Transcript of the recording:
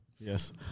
Yes